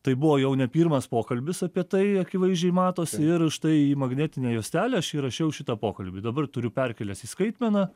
tai buvo jau ne pirmas pokalbis apie tai akivaizdžiai matosi ir štai į magnetinę juostelę aš įrašiau šitą pokalbį dabar turiu perkėlęs į skaitmeną